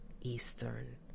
Eastern